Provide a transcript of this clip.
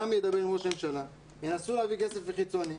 ידבר עם ראש הממשלה וינסו להביא כסף חיצוני.